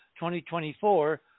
2024